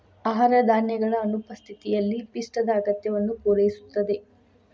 ಆಹಾರ ಧಾನ್ಯಗಳ ಅನುಪಸ್ಥಿತಿಯಲ್ಲಿ ಪಿಷ್ಟದ ಅಗತ್ಯವನ್ನು ಪೂರೈಸುತ್ತದೆ